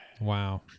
Wow